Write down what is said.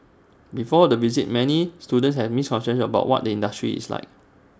before the visit many students have misconceptions about what the industry is like